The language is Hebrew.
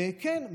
וכן,